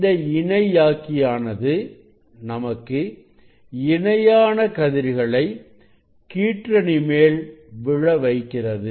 இந்த இணையாக்கியானது நமக்கு இணையான கதிர்களை கீற்றணி மேல் விழ வைக்கிறது